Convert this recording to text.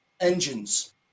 engines